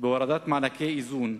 בהורדת מענקי איזון,